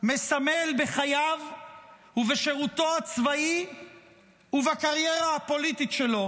מסמל בחייו ובשירותו הצבאי ובקריירה הפוליטית שלו